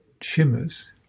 shimmers